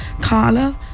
carla